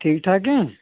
ਠੀਕ ਠਾਕ ਹੈ